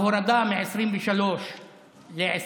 ההורדה של הגיל מ-23 ל-21,